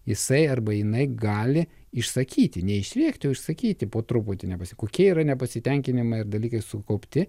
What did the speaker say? jisai arba jinai gali išsakyti ne išrėkti o išsakyti po truputį nepasi kokie yra nepasitenkinimai ar dalykai sukaupti